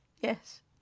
yes